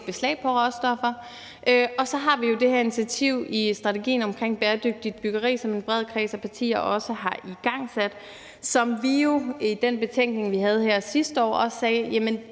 beslag på råstoffer, dels at vi har det her initiativ i strategien om bæredygtigt byggeri, som en bred kreds af partier også har igangsat, og hvor vi i den betænkning, vi afgav her sidste år, bemærkede, at